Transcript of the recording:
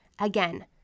Again